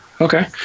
okay